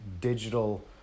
digital